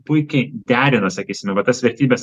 puikiai derina sakysime va tas vertybes